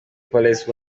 palace